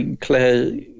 Claire